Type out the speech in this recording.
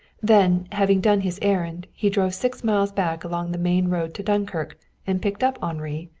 then, having done his errand, he drove six miles back along the main road to dunkirk and picked up henri,